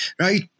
right